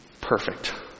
Perfect